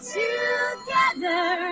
together